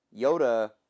Yoda